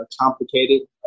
complicated